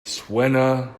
suena